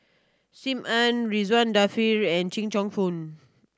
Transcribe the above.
Sim Ann Ridzwan Dzafir and Cheong Choong Kong